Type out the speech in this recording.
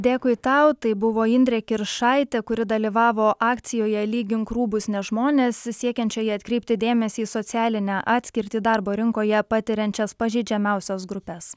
dėkui tau tai buvo indrė kiršaitė kuri dalyvavo akcijoje lygink rūbus ne žmones siekiančioje atkreipti dėmesį į socialinę atskirtį darbo rinkoje patiriančias pažeidžiamiausias grupes